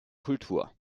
kultur